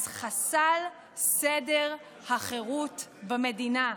אז חסל סדר החירות במדינה.